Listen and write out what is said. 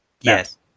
Yes